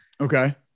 Okay